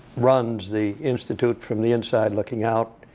runs the institute from the inside looking out.